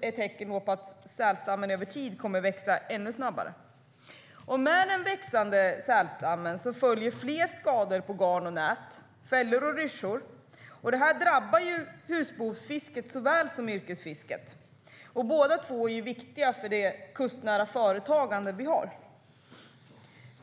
är tecken på att sälstammen över tid kommer att växa ännu snabbare. Med den växande sälstammen följer fler skador på garn, nät, fällor och ryssjor. Det drabbar husbehovsfisket såväl som yrkesfisket, och båda två är viktiga för det kustnära företagande vi har.